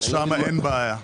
שם אין בעיה.